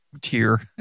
tier